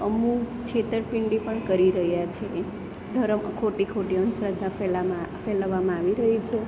અમુક છેતરપિંડી પણ કરી રહ્યા છે ધરમ ખોટી ખોટી અંધશ્રદ્ધા ફેલા ફેલાવામાં આવી રહી છે